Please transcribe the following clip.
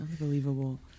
Unbelievable